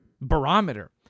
barometer